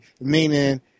Meaning